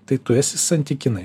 tai tu esi santykinai